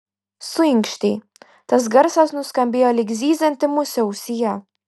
suinkštei tas garsas nuskambėjo lyg zyzianti musė ausyje